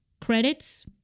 credits